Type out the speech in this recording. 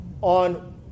on